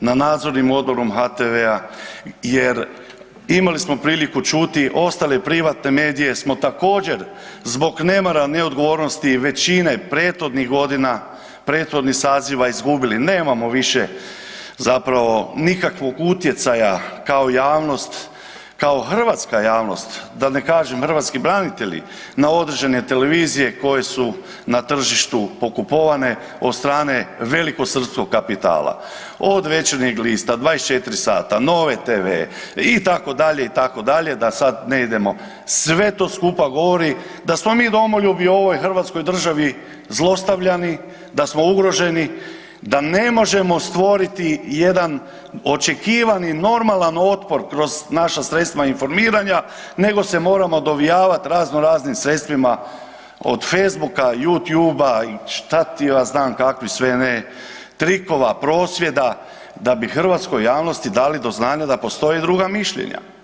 na nadzornim Odborom HTV-a jer imali smo priliku čuti ostale privatne medije smo također zbog nemara i neodgovornosti većine prethodnih godina, prethodnih saziva izgubili, nemamo više zapravo nikakvog utjecaja kao javnost, kao hrvatska javnost, da ne kažem hrvatski branitelji, na određene televizije koje su na tržištu pokupovane od strane velikosrpskog kapitala, od „Večernjeg lista“, „24 sata“, „Nove TV“, itd. itd., da sad ne idemo, sve to skupa govori da smo mi domoljubi u ovoj hrvatskoj državi zlostavljani, da smo ugroženi, da ne možemo stvoriti jedan očekivan i normalan otpor kroz naša sredstva informiranja nego se moramo dovijavat razno raznim sredstvima od Facebooka, Youtubea i šta ti ja znam kakvi sve ne trikova, prosvjeda, da bi hrvatskoj javnosti dali do znanja da postoje i druga mišljenja.